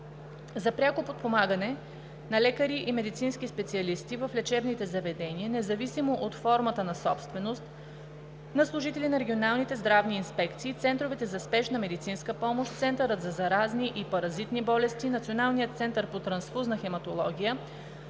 За пряко подпомагане на лекари и медицински специалисти в лечебните заведения, независимо от формата на собственост, на служители на регионалните здравни инспекции, центровете за спешна медицинска помощ, Центърът за заразни и паразитни болести, Националният център по трансфузионна хематология,